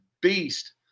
beast